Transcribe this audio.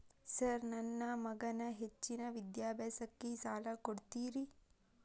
Sir ನನ್ನ ಮಗನ ಹೆಚ್ಚಿನ ವಿದ್ಯಾಭ್ಯಾಸಕ್ಕಾಗಿ ಸಾಲ ಕೊಡ್ತಿರಿ?